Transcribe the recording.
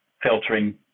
filtering